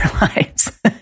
lives